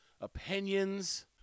opinions